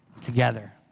together